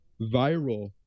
viral